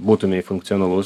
būtumei funkcionalus